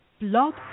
blog